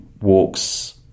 walks